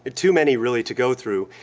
too many really to go through.